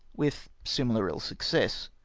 with similar ill-success.